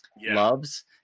loves